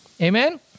Amen